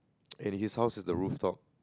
and his house is at rooftop